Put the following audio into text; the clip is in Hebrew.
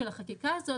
של החקיקה הזאת,